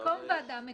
במקום ועדה מקומית,